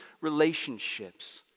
relationships